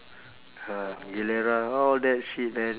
uh gilera all that shit man